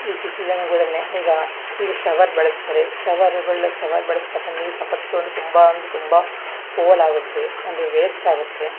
ಈ ಸಿಟಿ ಜನಗಳನ್ನೇ ಈಗ ಈಗ ಶವರ್ ಬಳಸ್ತಾರೆ ಶವರ್ಗಳು ಶವರ್ ಬಳ್ಸ್ತಕ್ಕಂಥ ನೀರು ಸಖತ್ತು ಅಂದರೆ ತುಂಬ ಅಂದರೆ ತುಂಬ ಪೋಲು ಆಗುತ್ತೆ ಅಂದರೆ ವೇಸ್ಟ್ ಆಗುತ್ತೆ